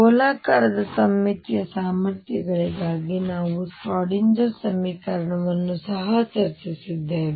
ಗೋಲಾಕಾರದ ಸಮ್ಮಿತೀಯ ಸಾಮರ್ಥ್ಯಗಳಿಗಾಗಿ ನಾವು ಶ್ರೋಡಿಂಗರ್ ಸಮೀಕರಣವನ್ನು ಸಹ ಚರ್ಚಿಸಿದ್ದೇವೆ